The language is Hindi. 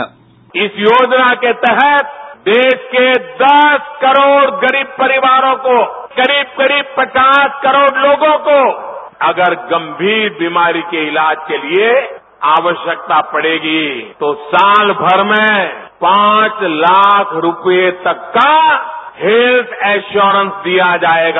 बाईट प्रधानमंत्री इस योजना के तहत देश के दस करोड़ गरीब परिवारों को करीब करीब पचास करोड़ लोगों को अगर गंभीर बीमारी के इलाज के लिए आवश्यकता पड़ेगी तो सालभर में पांच लाख रूपये तक का हेल्थ इंश्योरेंश दिया जाएगा